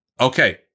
okay